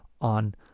on